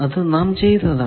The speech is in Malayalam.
അത് നാം ചെയ്തതാണ്